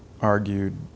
argued